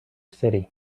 city